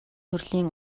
төрлийн